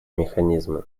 механизмы